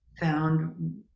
found